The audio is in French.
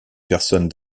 personne